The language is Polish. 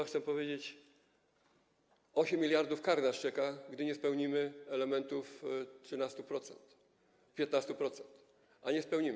Chcę powiedzieć: 8 mld kar nas czeka, gdy nie spełnimy elementów 13%, 15%, a nie spełnimy.